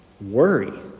worry